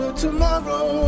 Tomorrow